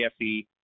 AFE